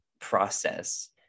process